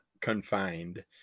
confined